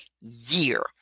year